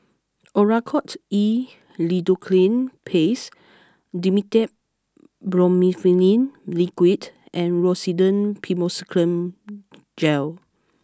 Oracort E Lidocaine Paste Dimetapp Brompheniramine Liquid and Rosiden Piroxicam Gel